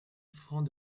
francs